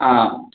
ஆ